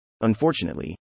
Unfortunately